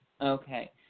Okay